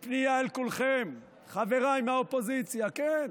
היא פנייה אל כולכם, חבריי מהאופוזיציה: כן,